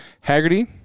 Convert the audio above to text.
Haggerty